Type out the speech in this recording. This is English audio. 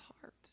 heart